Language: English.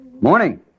Morning